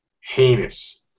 heinous